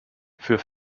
für